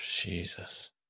Jesus